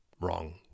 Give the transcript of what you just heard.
wrong